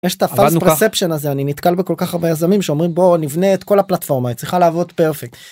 יש את הפסט פרספשן הזה אני נתקל בכל כך הרבה יזמים שאומרים בוא נבנה את כל הפלטפורמה צריכה לעבוד פרפקט.